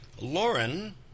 Lauren